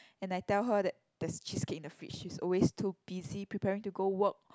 and I tell her that there's cheesecake in the fridge she's always too busy preparing to go work